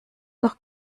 noch